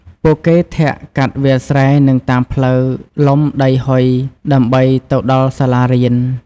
ពួកគេធាក់កាត់វាលស្រែនិងតាមផ្លូវលំដីហុយដើម្បីទៅដល់សាលារៀន។